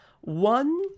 One